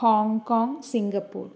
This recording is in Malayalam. Hong Kong Singapore